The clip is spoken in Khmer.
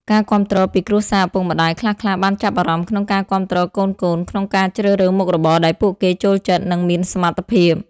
ការគាំទ្រពីគ្រួសារឪពុកម្ដាយខ្លះៗបានចាប់អារម្មណ៍ក្នុងការគាំទ្រកូនៗក្នុងការជ្រើសរើសមុខរបរដែលពួកគេចូលចិត្ត និងមានសមត្ថភាព។